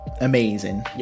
amazing